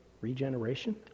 regeneration